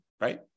Right